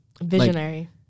Visionary